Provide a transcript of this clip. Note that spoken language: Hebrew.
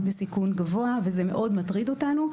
בסיכון גבוה וזה מאוד מטריד אותנו,